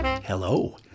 Hello